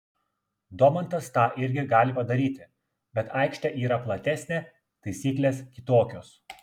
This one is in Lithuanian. domantas tą irgi gali padaryti bet aikštė yra platesnė taisyklės kitokios